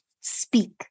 speak